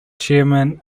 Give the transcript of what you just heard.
chairman